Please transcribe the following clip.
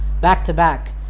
back-to-back